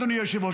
אדוני היושב-ראש,